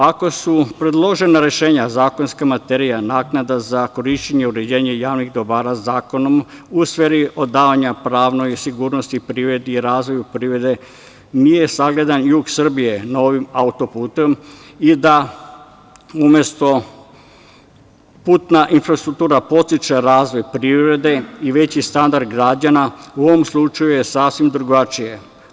Ako su predložena rešenja zakonska materija, naknada za korišćenje, uređenje javnih dobara zakonom, u sferi davanja pravne sigurnosti, privredi, razvoju privrede, nije sagledan jug Srbije novim autoputem i da umesto putna infrastruktura podstiče razvoj privrede i veći standard građana, u ovom slučaju je sasvim drugačije.